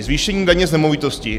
Zvýšení daně z nemovitostí.